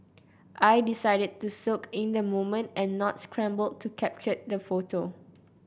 I decided to soak in the moment and not scramble to capture the photo